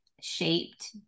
shaped